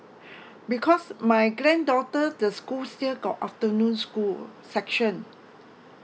because my granddaughter the school still got afternoon school oo session